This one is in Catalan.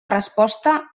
resposta